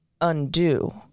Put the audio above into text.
undo